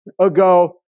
ago